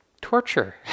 torture